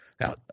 Now